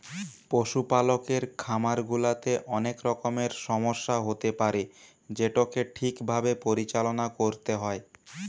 পশুপালকের খামার গুলাতে অনেক রকমের সমস্যা হতে পারে যেটোকে ঠিক ভাবে পরিচালনা করতে হয়